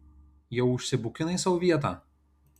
jau užsibukinai sau vietą